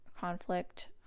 conflict